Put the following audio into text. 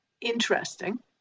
interesting